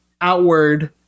outward